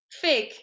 fig